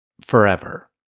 forever